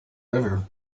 river